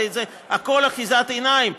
הרי זה הכול אחיזת עיניים.